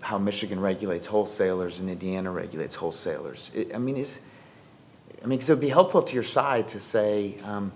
how michigan regulates wholesalers in indiana regulates wholesalers i mean these i mean so be helpful to your side to say